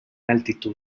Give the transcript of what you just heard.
altitud